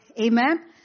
Amen